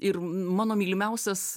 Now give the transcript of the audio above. ir mano mylimiausias